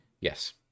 Yes